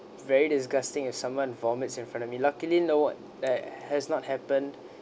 very disgusting if someone vomit in front of me luckily no eh has not happened